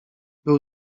był